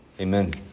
Amen